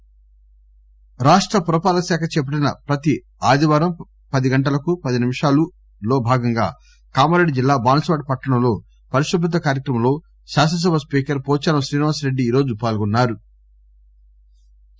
PTC Adilabad speaker రాష్ట పురపాలకశాఖ చేపట్లిన ప్రతి ఆదివారం పది గంటలకు పది నిమిషాలులో భాగంగా కామారెడ్డి జిల్లా బాన్సువాడ పట్లణంలో పరిశుభ్రత కార్యక్రమంలో శాసనసభ స్పీకర్ పోచారం శ్రీనివాస రెడ్డి ఈరోజు పాల్గొన్నారు